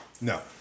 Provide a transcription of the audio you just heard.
no